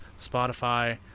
Spotify